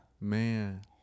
man